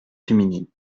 féminine